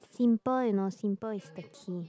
simple you know simple is the key